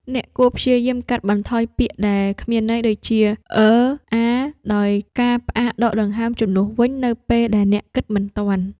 អ្នកគួរព្យាយាមកាត់បន្ថយពាក្យដែលគ្មានន័យដូចជា "អឺ... អា..." ដោយការផ្អាកដកដង្ហើមជំនួសវិញនៅពេលដែលអ្នកគិតមិនទាន់។